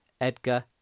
Edgar